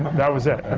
that was it.